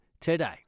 today